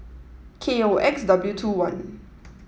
K O X W two one